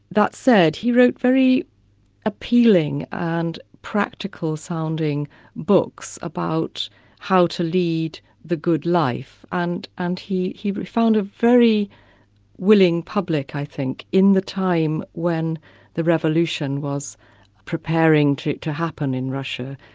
that said, he wrote very appealing and practical-sounding books about how to lead the good life, and and he he found a very willing public, i think, in the time when the revolution was preparing to to happen in russia.